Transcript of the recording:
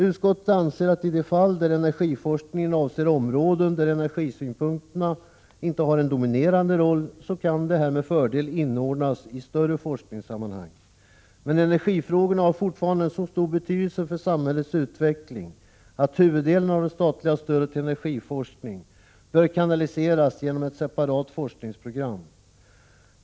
Utskottet anser att i de fall där energiforskningen avser områden där energisynpunkterna inte har en dominerande roll, kan dessa med fördel inordnas i större forskningssammanhang. Men energifrågorna har fortfarande en så stor betydelse för samhällets utveckling att huvuddelen av det statliga stödet till energiforskning bör kanaliseras genom ett separat forskningsprogram.